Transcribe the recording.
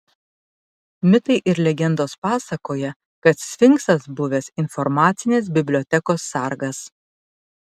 mitai ir legendos pasakoja kad sfinksas buvęs informacinės bibliotekos sargas